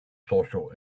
social